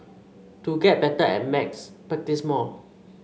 to get better at maths practise more